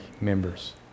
members